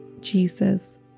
Jesus